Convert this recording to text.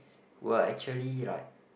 were actually like